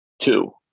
two